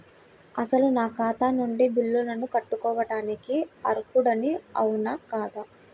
అసలు నా ఖాతా నుండి బిల్లులను కట్టుకోవటానికి అర్హుడని అవునా కాదా?